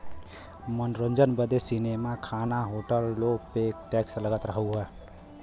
मनोरंजन बदे सीनेमा, खाना, होटलो पे टैक्स लगत हउए